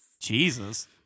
Jesus